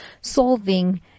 solving